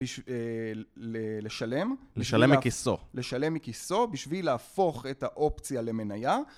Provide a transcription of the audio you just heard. לשלם, לשלם מכיסו, לשלם מכיסו בשביל להפוך את האופציה למנייה.